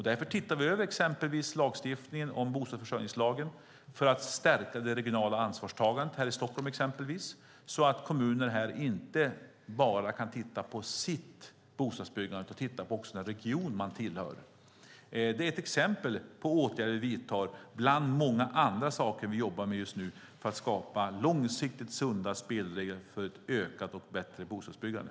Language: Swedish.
Därför tittar vi över bostadsförsörjningslagen för att stärka det regionala ansvarstagandet i till exempel Stockholm, så att kommunerna inte bara tittar på sitt bostadsbyggande utan också på den region de tillhör. Det är exempel på åtgärder vi vidtar bland många andra saker vi jobbar med just nu för att skapa långsiktigt sunda spelregler för ett ökat och bättre bostadsbyggande.